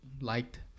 Liked